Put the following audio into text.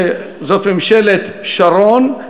זאת ממשלת שרון,